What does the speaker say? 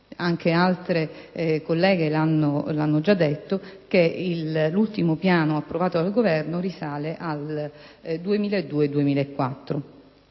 anche - altre colleghe l'hanno detto - che l'ultimo Piano approvato dal Governo risale agli anni 2002-2004.